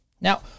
Now